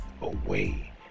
away